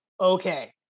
okay